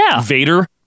Vader